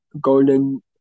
Golden